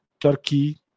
Turkey